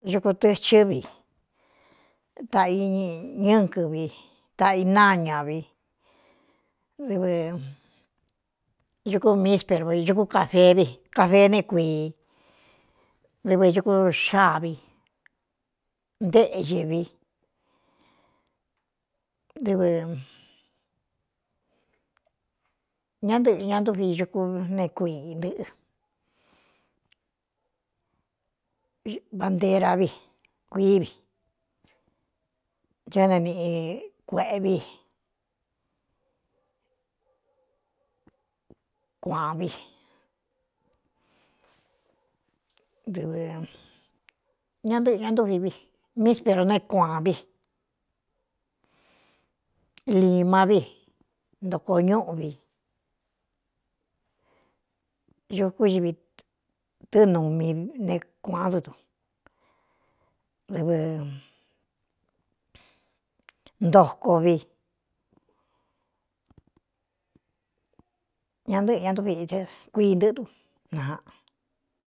Ukutɨchɨ́ vi ta iñɨ́ɨ kɨvi ta ináña vi dɨvɨkú msprukú fkafee ne kuii dɨvɨ duku xáa vi ntéꞌxe vivɨñáɨꞌɨ ña ntvi ukú nekuiī nɨꞌɨ vandera vi kuií vi cɨne niꞌi kueꞌevi kuaan vi dɨvɨñá ɨꞌɨ ña ntúvi vi miispero ne kuaán vi lima vi ntoko ñúꞌu vi ukú ivi tɨ́ numi ne kuāán dɨdu dvɨ ntoko vi ña ntɨꞌɨ̄ ña ntúvi ie kuii ntɨ́ꞌɨdu naa.